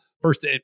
first